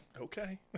Okay